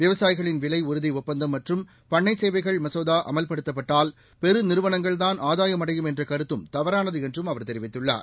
விவசாயிகள் விலை உறுதி ஒப்பந்தம் மற்றும் பண்ணை சேவைகள் மசோதா அமல்படுத்தப்பட்டால் பெருநிறுவனங்கள் தான் ஆதாயம் அடையும் என்ற கருத்தும் தவறானது என்றும் அவர் தெரிவித்துள்ளார்